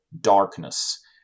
darkness